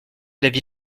l’avis